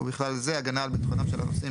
ובכלל זה הגנה על ביטחונם של הנוסעים